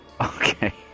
okay